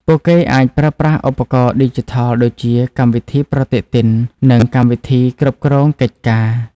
ពួកគេអាចប្រើប្រាស់ឧបករណ៍ឌីជីថលដូចជាកម្មវិធីប្រតិទិននិងកម្មវិធីគ្រប់គ្រងកិច្ចការ។